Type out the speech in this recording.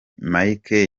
mike